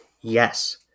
Yes